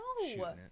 No